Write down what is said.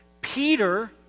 Peter